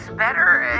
better?